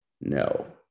no